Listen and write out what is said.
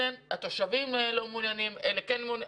התושבים לא מעוניינים, אלה כן מעוניינים,